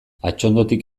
atxondotik